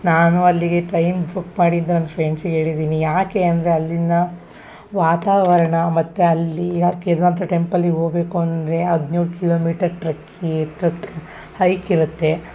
ನಾನು ಅಲ್ಲಿಗೆ train book ಮಾಡಿದ್ದು ನನ್ನ ಫ್ರೆಂಡ್ಸಿಗೆ ಹೇಳಿದ್ದೀನಿ ಯಾಕೆ ಅಂದರೆ ಅಲ್ಲಿನ ವಾತಾವರಣ ಮತ್ತು ಅಲ್ಲಿ ಆ ಕೇದಾರನಾಥ ಟೆಂಪೆಲಿಗೆ ಹೋಗ್ಬೇಕು ಅಂದರೆ ಹದಿನೇಳು ಕಿಲೋಮೀಟರ್ ಟ್ರಕ್ಕಿ ಟ್ರಕ್ ಹೈಕ್ ಇರುತ್ತೆ